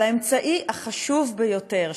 אבל על האמצעי החשוב ביותר,